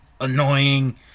annoying